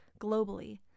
globally